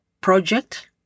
project